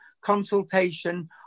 consultation